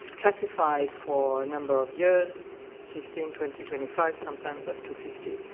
classified for a number of years fifteen, twenty, twenty five, sometimes up to fifty.